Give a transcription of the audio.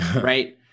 Right